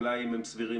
אולי אם הם סבירים,